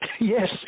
Yes